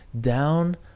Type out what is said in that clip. Down